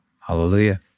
Hallelujah